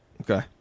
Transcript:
Okay